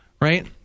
Right